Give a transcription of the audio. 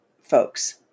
folks